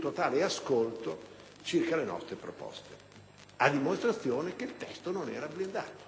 totale ascolto circa le nostre proposte, a dimostrazione che il testo non era blindato,